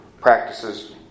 practices